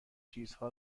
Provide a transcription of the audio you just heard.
چیزها